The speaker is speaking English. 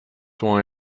why